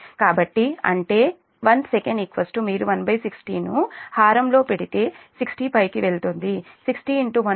కాబట్టి అంటే second 1 Sec మీరు160 ను హారం లో పెడితే 60 పైకి వెళ్తుంది 60 108360 rpmsecకు సమానం